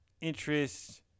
interest